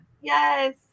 Yes